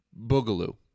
Boogaloo